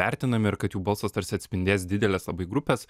vertinami ir kad jų balsas tarsi atspindės didelės labai grupės